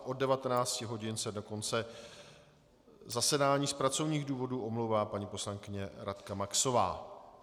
Od 19 hodin se do konce zasedání z pracovních důvodů omlouvá paní poslankyně Radka Maxová.